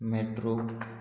metro